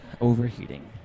overheating